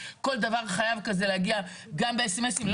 כל דבר כזה חייב להגיע גם באסמסים.